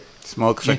Smoke